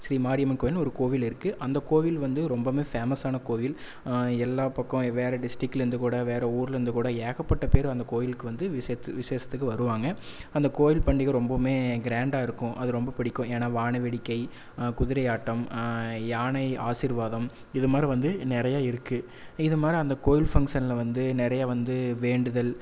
ஸ்ரீ மாரியம்மன் கோவில் ஒரு கோவில் இருக்குது அந்த கோவில் வந்து ரொம்பவுமே ஃபேமஸான கோவில் எல்லா பக்கம் வேறு டிஸ்டிக்லேருந்து கூட வேறு ஊர்லேருந்து கூட ஏகப்பட்ட பேர் அந்த கோயிலுக்கு வந்து விஷேத்து விசேஷத்துக்கு வருவாங்க அந்த கோயில் பண்டிகை ரொம்பவுமே கிராண்டாகருக்கும் அது ரொம்ப பிடிக்கும் ஏன்னால் வான வேடிக்கை குதிரை ஆட்டம் யானை ஆசிர்வாதம் இது மாதிரி வந்து நிறைய இருக்குது இது மாதிரி அந்த கோயில் ஃபங்ஷனில் வந்து நிறைய வந்து வேண்டுதல்